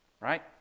Right